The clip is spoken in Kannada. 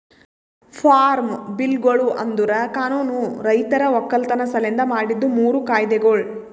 ಫಾರ್ಮ್ ಬಿಲ್ಗೊಳು ಅಂದುರ್ ಕಾನೂನು ರೈತರ ಒಕ್ಕಲತನ ಸಲೆಂದ್ ಮಾಡಿದ್ದು ಮೂರು ಕಾಯ್ದೆಗೊಳ್